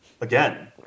again